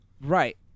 Right